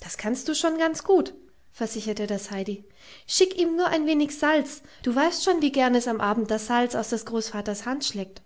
das kannst du schon ganz gut versicherte das heidi schick ihm nur ein wenig salz du weißt schon wie gern es am abend das salz aus des großvaters hand schleckt